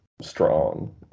strong